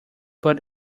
but